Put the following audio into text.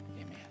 amen